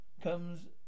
Comes